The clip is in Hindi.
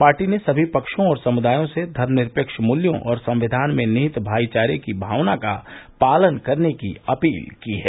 पार्टी ने सभी पक्षों और समृदायों से धर्म निरपेक्ष मुल्यों और संविधान में निहित भाईचारे की भावना का पालन करने की अपील की है